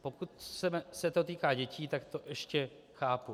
Pokud se to týká dětí, tak to ještě chápu.